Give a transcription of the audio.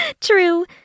True